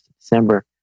December